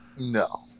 No